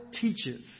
teaches